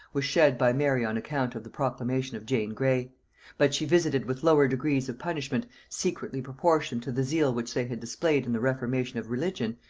was shed by mary on account of the proclamation of jane grey but she visited with lower degrees of punishment, secretly proportioned to the zeal which they had displayed in the reformation of religion,